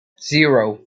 zero